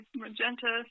magenta